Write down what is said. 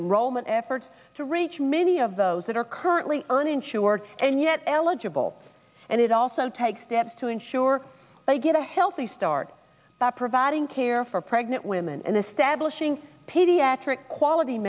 enrollment effort to reach many of those that are currently uninsured and yet eligible and it also takes steps to ensure they get a healthy start by providing care for pregnant women and establishing pediatric quality